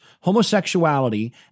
homosexuality